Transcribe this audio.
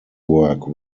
work